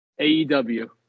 AEW